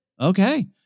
Okay